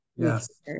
yes